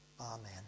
Amen